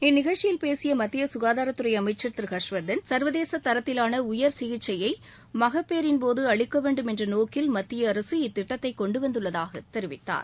இந்நிகழ்ச்சியில் பேசிய மத்திய சுகாதாரத்துறை அமைச்சர் திரு ஹர்ஷ்வர்தன் சர்வதேச தரத்திவாள உயர்சிகிச்சையை மகப்பேறின்போது அளிக்கவேண்டும் என்ற நோக்கில் மத்திய அரசு இத்திட்டத்தை கொண்டுவந்துள்ளதாக தெரிவித்தார்